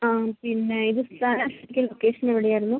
ആ പിന്നെ ഇത് സ്ഥലം ലൊക്കേഷൻ എവിടെയായിരുന്നു